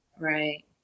Right